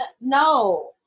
no